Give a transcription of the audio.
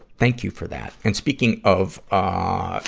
thank you for that. and speaking of, ah,